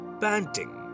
panting